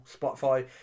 Spotify